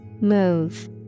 Move